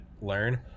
learn